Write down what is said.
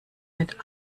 mit